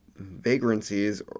vagrancies